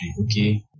okay